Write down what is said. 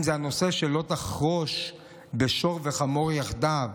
אם זה הנושא של לא תחרוש בשור וחמור יחדיו,